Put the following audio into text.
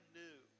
new